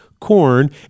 corn